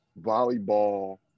volleyball